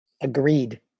agreed